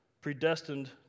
predestined